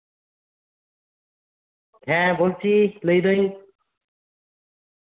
ᱦᱮᱸ ᱵᱚᱞᱪᱷᱤ ᱞᱟᱹᱭᱫᱟᱹᱧ